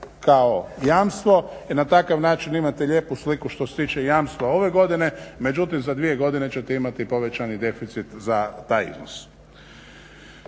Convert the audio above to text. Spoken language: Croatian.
kao jamstvo i na takav način imate lijepu sliku što se tiče jamstva ove godine, međutim za dvije godine ćete imati povećani deficit za taj iznos.